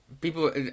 People